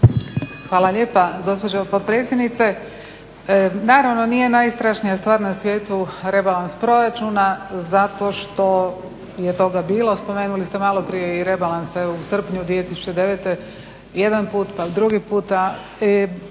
Hvala lijepa. Gospođo potpredsjednice, naravno nije najstrašnija stvar na svijetu rebalans proračuna zato što je toga bilo, spomenuli se malo prije i rebalans evo u srpnju 2009., jedan put, pa drugi puta.